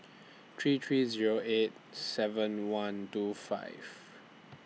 three three Zero eight seven one two five